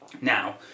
Now